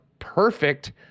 perfect